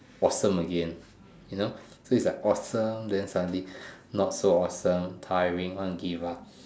awesome again you know so it's like awesome then suddenly not so awesome tiring wanna give up